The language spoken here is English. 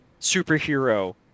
superhero